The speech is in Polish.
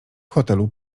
hotelu